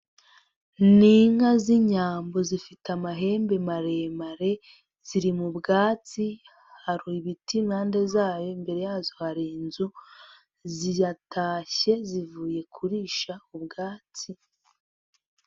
Ni inka z'inyambo zifite amahembe maremare, ziri mu bwatsi hari ibiti impande zayo imbere yazo hari inzu, ziratashye zivuye kurisha ubwatsi.